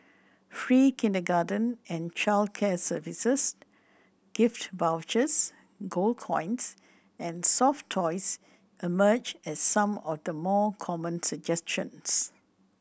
free kindergarten and childcare services gift vouchers gold coins and soft toys emerged as some of the more common suggestions